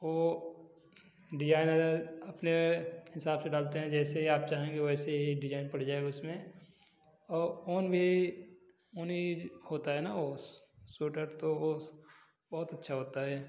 ओ design विजाइन अपने हिसाब से डालते हैं जैसे आप चाहेंगे वैसे ही डिजाइन पड़ जाएगा उसमें और ऊन भी ऊनी होता है ना वो स्वेटर तो वो बहुत अच्छा होता है